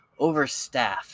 overstaffed